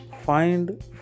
find